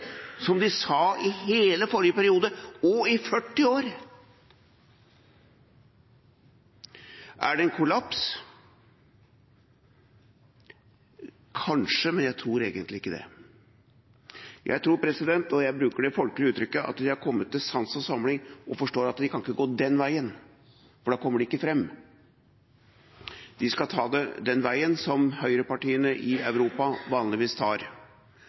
som de sa i hele forrige periode – og har sagt i 40 år. Er det en kollaps? Kanskje, men jeg tror egentlig ikke det. Jeg tror, og jeg bruker det folkelige uttrykket, at de har kommet til sans og samling og forstår at de ikke kan gå den veien, for da kommer de ikke fram. De skal ta det den veien som høyrepartiene i Europa vanligvis tar,